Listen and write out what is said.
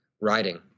writing